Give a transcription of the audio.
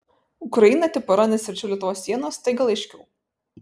ukraina tipo randasi arčiau lietuvos sienos tai gal aiškiau